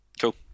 Cool